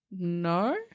No